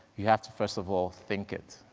you have to first of all think it.